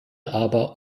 aber